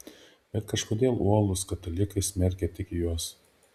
bet kažkodėl uolūs katalikai smerkia tik juos